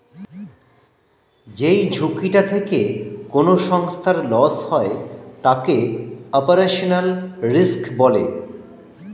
যেই ঝুঁকিটা থেকে কোনো সংস্থার লস হয় তাকে অপারেশনাল রিস্ক বলে